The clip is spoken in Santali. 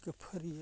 ᱠᱷᱟᱹᱯᱟᱹᱨᱤ